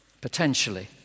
potentially